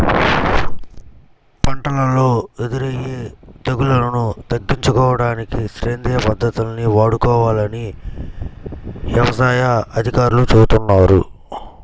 పంటల్లో ఎదురయ్యే తెగుల్లను తగ్గించుకోడానికి సేంద్రియ పద్దతుల్ని వాడుకోవాలని యవసాయ అధికారులు చెబుతున్నారు